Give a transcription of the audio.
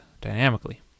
dynamically